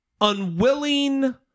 unwilling